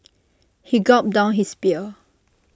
he gulped down his beer